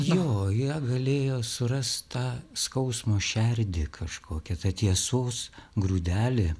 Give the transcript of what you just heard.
jo jie galėjo surast tą skausmo šerdį kažkokią tiesos grūdelį